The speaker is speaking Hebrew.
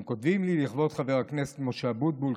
הם כותבים לי: לכבוד חבר הכנסת משה אבוטבול,